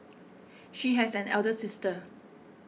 she has an elder sister